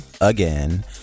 again